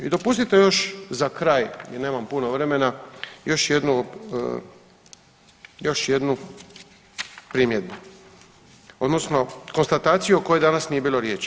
I dopustite još za kraj jer nemam puno vremena još jednu primjedbu, odnosno konstataciju o kojoj danas nije bilo riječi.